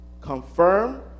confirm